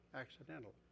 accidental